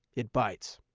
it bites.